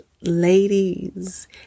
ladies